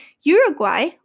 Uruguay